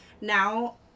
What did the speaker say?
now